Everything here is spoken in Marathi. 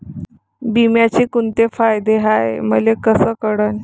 बिम्याचे कुंते फायदे हाय मले कस कळन?